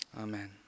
Amen